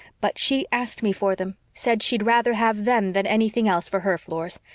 but she asked me for them said she'd rather have them than anything else for her floors.